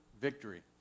victory